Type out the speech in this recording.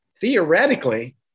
Theoretically